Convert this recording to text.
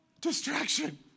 Distraction